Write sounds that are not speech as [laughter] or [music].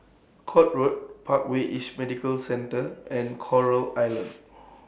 [noise] Court Road Parkway East Medical Center and Coral Island